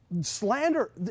slander